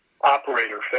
operator